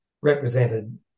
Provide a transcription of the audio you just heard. represented